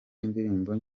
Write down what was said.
indirimbo